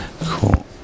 Cool